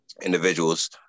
individuals